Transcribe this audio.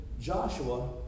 Joshua